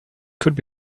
could